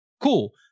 cool